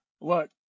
look